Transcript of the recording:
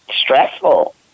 stressful